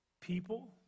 people